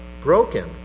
broken